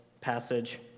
passage